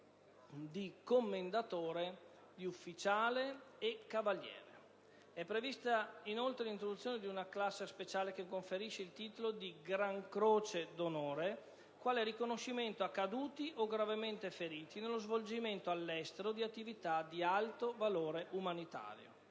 commendatore, ufficiale e cavaliere. È prevista inoltre l'introduzione di una classe speciale che conferisce il titolo di gran croce d'onore quale riconoscimento a soggetti caduti o gravemente feriti nello svolgimento all'estero di attività di alto valore umanitario.